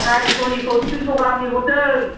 सारिस'निखौ थिनस' गाहामनि हरदों